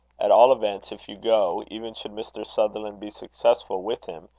at all events, if you go, even should mr. sutherland be successful with him,